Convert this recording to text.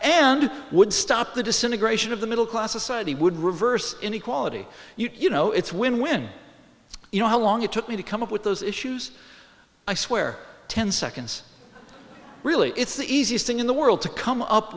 and would stop the disintegration of the middle class society would reverse inequality you know it's when when you know how long it took me to come up with those issues i swear ten seconds really it's the easiest thing in the world to come up